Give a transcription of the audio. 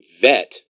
vet